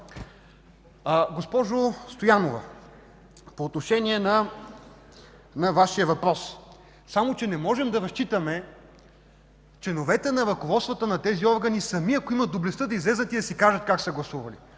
Госпожо Стоянова, по отношение на Вашия въпрос. Не можем да разчитаме членовете на ръководствата на тези органи сами да имат доблестта да излязат и да кажат как са гласували.